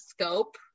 scope